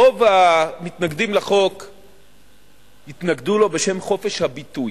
רוב המתנגדים לחוק התנגדו לו בשם חופש הביטוי,